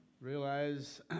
realize